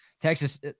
Texas –